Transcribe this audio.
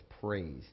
praise